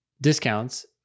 discounts